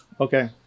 Okay